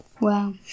Wow